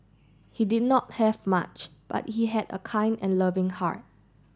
he did not have much but he had a kind and loving heart